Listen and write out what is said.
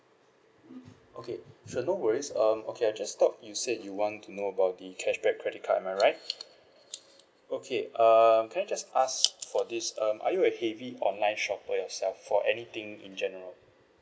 okay sure no worries um okay I just thought you said you want to know about the cashback credit card am I right okay uh can I just ask for this um are you a heavy online shopper for yourself for anything in general